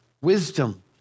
wisdom